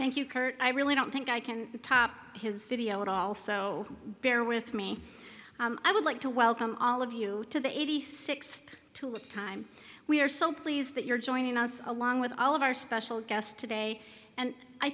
thank you kurt i really don't think i can top his video at all so bear with me i would like to welcome all of you to the eighty sixth two time we are so pleased that you're joining us along with all of our special guest today and i